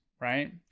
right